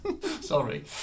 Sorry